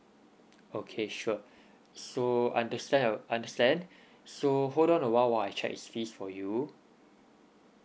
okay sure so understand uh understand so hold on a while while I check it's fees for you